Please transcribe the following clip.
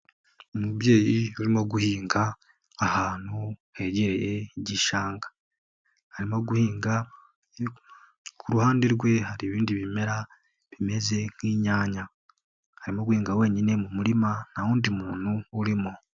Umubyeyi urimo guhinga ahantu hegereye igishanga, arimo guhinga ku ruhande rwe hari ibindi bimera bimeze nk'inyanya, arimo guhinga wenyine mu murima nta wundi muntu urimo.